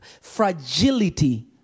fragility